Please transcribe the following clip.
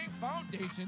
Foundation